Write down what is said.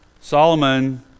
Solomon